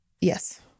Yes